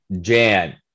Jan